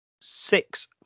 six